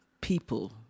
people